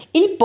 il